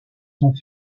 sont